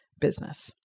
business